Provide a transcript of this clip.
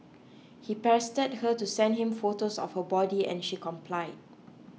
he pestered her to send him photos of her body and she complied